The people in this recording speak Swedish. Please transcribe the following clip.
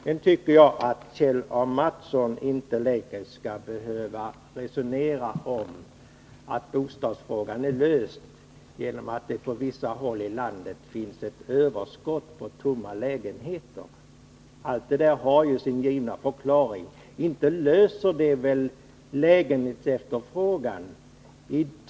Jag tycker vidare att Kjell Mattsson inte längre skall hävda att bostadsfrågan är löst i och med att det på vissa håll i landet finns ett överskott av tomma lägenheter. Det har ju sin givna förklaring, men inte löser det efterfrågan på lägenheter.